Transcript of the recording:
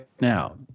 now